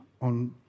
on